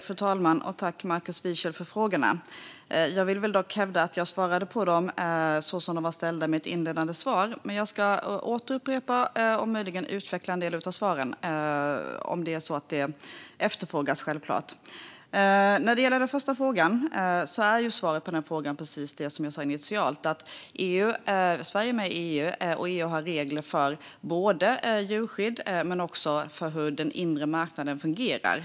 Fru talman! Tack, Markus Wiechel, för frågorna! Jag vill dock hävda att jag svarade på dem i mitt inledande inlägg. Men jag ska återupprepa och möjligen utveckla en del av svaren om detta efterfrågas. Svaret på den första frågan är precis det som jag sa initialt: Sverige är med i EU, och EU har regler både för djurskydd och för hur den inre marknaden fungerar.